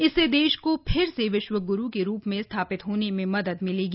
इससे देश को फिर से विश्व ग्रु के रूप में स्थापित होने में मदद मिलेगी